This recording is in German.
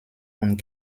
und